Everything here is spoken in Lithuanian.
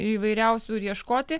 įvairiausių ir ieškoti